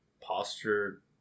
posture